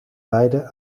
beide